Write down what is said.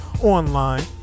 online